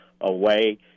away